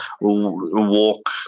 walk